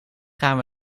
gaan